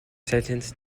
sentenced